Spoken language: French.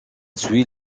suit